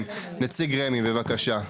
כן, נציג רמ"י, בבקשה.